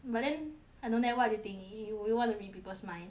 but then I don't know why do you think you you want to read people's mind